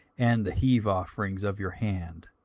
and the heave offering of your hand,